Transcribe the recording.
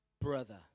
brother